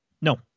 No